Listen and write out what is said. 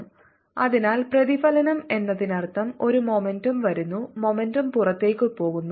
35×10 6 N അതിനാൽ പ്രതിഫലനം എന്നതിനർത്ഥം ഒരു മൊമന്റം വരുന്നു മൊമന്റം പുറത്തേക്ക് പോകുന്നു